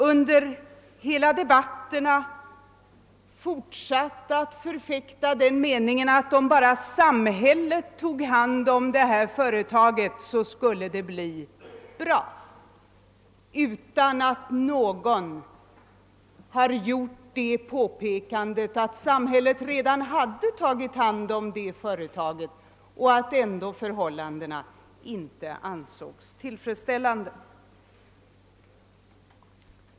Under hela debatterna har man förfäktat den meningen att om bara samhället tog hand om detta företag skulle det bli bra, och ingen har påpekat att samhället redan hade tagit hand om företaget och att förhållandena ändå inte är tillfredsställande.